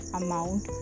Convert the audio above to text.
amount